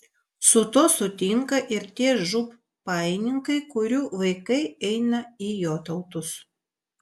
su tuo sutinka ir tie žūb pajininkai kurių vaikai eina į jotautus